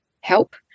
help